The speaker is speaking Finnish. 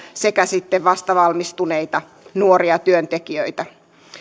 sekä sitten vastavalmistuneita nuoria työntekijöitä